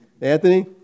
Anthony